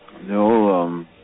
No